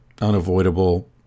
unavoidable